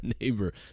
neighbor